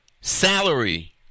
salary